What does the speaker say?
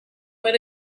what